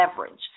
Leverage